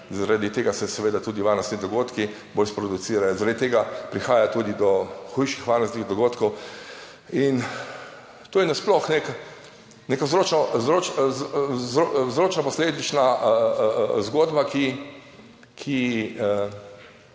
zaradi tega se seveda tudi varnostni dogodki bolj sproducirajo, zaradi tega prihaja tudi do hujših varnostnih dogodkov. In to je nasploh nek, neka vzročna, vzročno posledična zgodba, ki